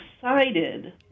excited